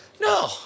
no